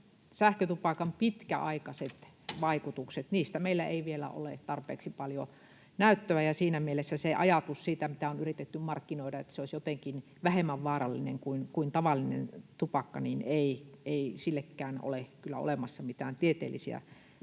sähkötupakan pitkäaikaisista vaikutuksista meillä ei vielä ole tarpeeksi paljon näyttöä, ja siinä mielessä sille ajatukselle, mitä on yritetty markkinoida, että se olisi jotenkin vähemmän vaarallinen kuin tavallinen tupakka, ei ole kyllä olemassa mitään tieteellisiä